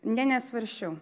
ne nesvarsčiau